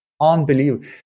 unbelievable